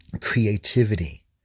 creativity